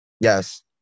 yes